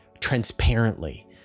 transparently